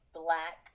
black